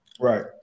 Right